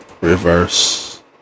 Reverse